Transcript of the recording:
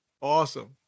Awesome